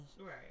Right